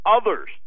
others